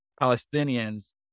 Palestinians